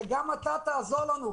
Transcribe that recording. שגם אתה תעזור לנו,